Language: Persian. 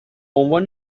عنوان